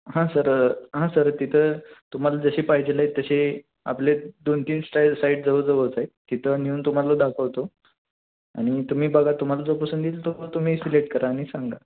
हां सर हां सर तिथं तुम्हाला जसे पाहिजे तसे आपले दोन तीन स्टाईल साईट जवळजवळच आहेत तिथं नेऊन तुम्हाला दाखवतो आणि तुम्ही बघा तुम्हाला जो पसंत येईल तो मग तुम्ही सिलेक्ट करा आणि सांगा